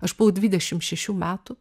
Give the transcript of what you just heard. aš buvau dvidešim šešių metų